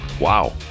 Wow